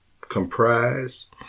comprise